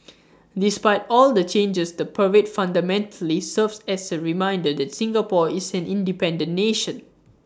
despite all the changes the parade fundamentally serves as A reminder that Singapore is an independent nation